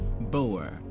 Boer